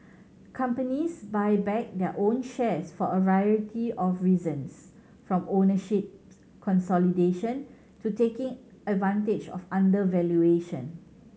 companies buy back their own shares for a variety of reasons from ownership consolidation to taking advantage of undervaluation